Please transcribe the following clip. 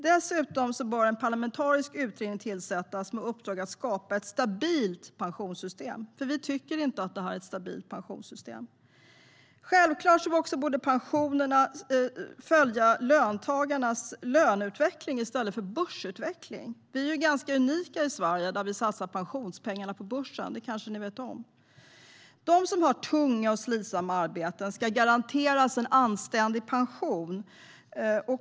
Dessutom bör en parlamentarisk utredning tillsättas med uppdrag att skapa ett stabilt pensionssystem, för vi tycker inte att det här är ett stabilt pensionssystem. Det är självklart att pensionerna borde följa löntagarnas löneutveckling i stället för börsutvecklingen. Vi är ganska unika i Sverige, där vi satsar pensionspengarna på börsen. Det kanske ni vet om. De som har tunga och slitsamma arbeten ska garanteras en anständig pension.